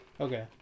Okay